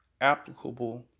applicable